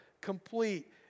complete